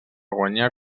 guanyar